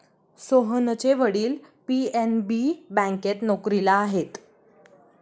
सोहनचे वडील पी.एन.बी बँकेत नोकरीला आहेत